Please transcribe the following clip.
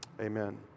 Amen